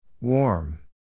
Warm